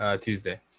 Tuesday